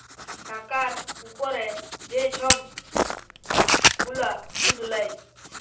টাকার উপরে যে ছব গুলা সুদ লেয়